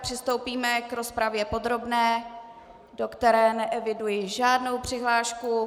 Přistoupíme k rozpravě podrobné, do které neeviduji žádnou přihlášku.